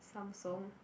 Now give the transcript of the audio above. Samsung